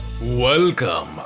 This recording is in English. Welcome